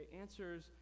answers